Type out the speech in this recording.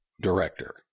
director